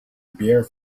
bare